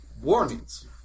warnings